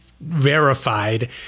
verified